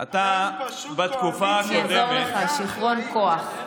אתה בתקופה הקודמת, אני אעזור לך: שיכרון כוח.